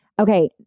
Okay